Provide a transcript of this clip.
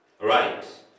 Right